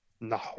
No